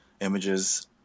images